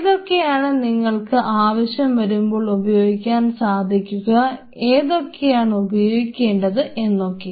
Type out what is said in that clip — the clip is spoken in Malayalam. എതൊക്കെയാണ് നിങ്ങൾക്ക് ആവശ്യം വരുമ്പോൾ ഉപയോഗിക്കാൻ സാധിക്കുക എന്തൊക്കെയാണ് ഉപയോഗിക്കേണ്ടത് എന്നൊകെ